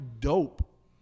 dope